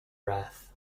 wrath